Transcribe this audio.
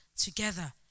together